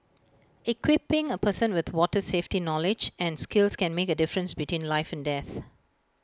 equipping A person with water safety knowledge and skills can make A difference between life and death